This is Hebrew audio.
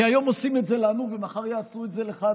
כי היום עושים את זה לנו ומחר יעשו את זה לך,